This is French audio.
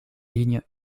ligne